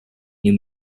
new